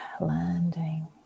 landing